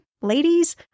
ladies